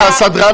הרי בסופו של